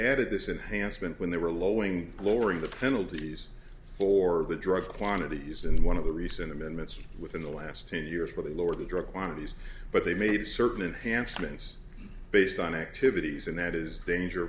added this enhanced meant when they were lowing lowering the penalties for the drug quantities and one of the recent amendments within the last ten years for the lower the drug quantities but they made certain enhanced mints based on activities and that is danger